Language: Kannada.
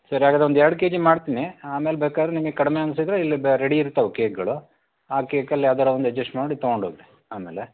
ಸರಿ ಹಾಗಾದ್ರೆ ಒಂದು ಎರ್ಡು ಕೆ ಜಿ ಮಾಡ್ತೀನಿ ಆಮೇಲೆ ಬೇಕಾರೆ ನಿಮಗೆ ಕಡಿಮೆ ಅನಿಸಿದ್ರೆ ಇಲ್ಲಿ ಬೆ ರೆಡಿ ಇರ್ತಾವೆ ಕೇಕ್ಗಳು ಆ ಕೇಕಲ್ಲಿ ಯಾವ್ದಾರು ಒಂದು ಅಡ್ಜಶ್ಟ್ ಮಾಡಿ ತೊಗೊಂಡೋಗ್ರಿ ಆಮೇಲೆ